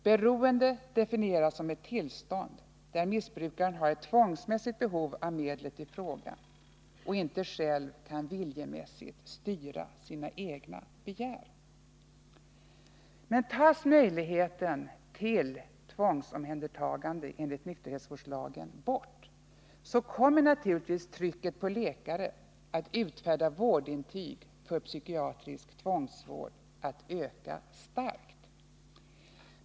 Beroendet definieras som ett tillstånd, där missbrukaren har ett tvångsmässigt behov av medlet i fråga och inte själv kan viljemässigt styra sina egna begär. Tas möjligheten till tvångsomhändertagande enligt nykterhetsvårdslagen bort, kommer naturligtvis trycket på läkare att utfärda vårdintyg för psykiatrisk tvångsvård att öka starkt.